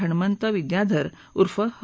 हणमंत विद्याधर उर्फ ह